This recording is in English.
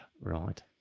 Right